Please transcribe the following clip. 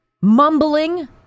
mumbling